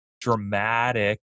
dramatic